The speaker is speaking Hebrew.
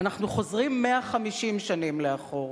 אנחנו חוזרים 150 שנים לאחור,